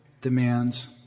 demands